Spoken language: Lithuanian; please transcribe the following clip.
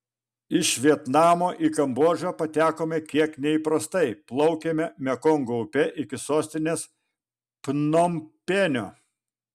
iš vietnamo į kambodžą patekome kiek neįprastai plaukėme mekongo upe iki sostinės pnompenio